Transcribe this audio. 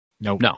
No